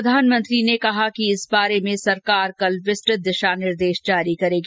प्रधानमंत्री ने कहा कि इस बारे में सरकार कल विस्तृत दिशा निर्देश जारी करेगी